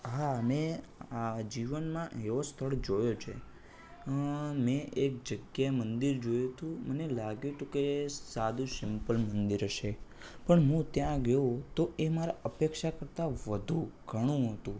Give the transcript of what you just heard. હા મેં આ જીવનમાં યોસ થોડોક જોયો છે મેં એક જગ્યાએ એક મંદિર જોયું હતું મને લાગ્યું તું કે સાદું સિમ્પલ મંદિર હશે પણ મું ત્યાં ગયો તો એ મારા અપેક્ષા કરતાં વધું ઘણું મોટું